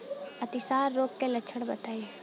अतिसार रोग के लक्षण बताई?